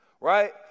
right